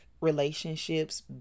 relationships